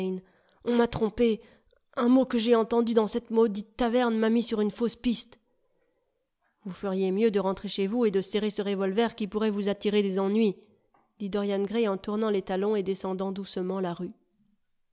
on m'a trompé un mot que j'ai entendu dans cette maudite taverne m'a mis sur une fausse piste vous feriez mieux de rentrer chez vous et de serrer ce revolver qui pourrait vous attirer des ennuis dit dorian gray en tournant les talons et descendant doucement la rue